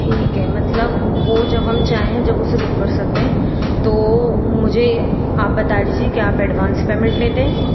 ٹھیک ہے مطلب وہ جو ہم چاہیں جب اسے بک کر سکتے ہیں تو مجھے آپ بتا دیجیے کہ آپ ایڈوانس پیمنٹ لیتے ہیں